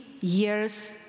years